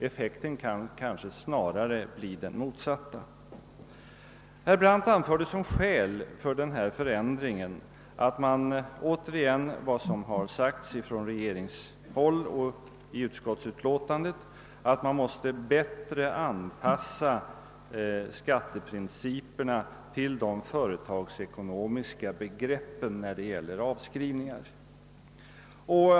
Effekten kan snarare bli den motsatta. Herr Brandt anförde som skäl för denna förändring återigen att man — så som sagts från regeringshåll och i utskottsbetänkandet — måste bättre anpassa skatteprinciperna till de företagsekonomiska begreppen när det gäller avskrivningar.